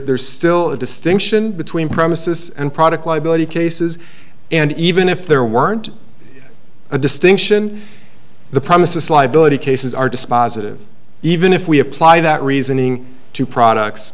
there's still a distinction between premises and product liability cases and even if there weren't a distinction the premises liability cases are dispositive even if we apply that reasoning to products